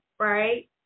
Right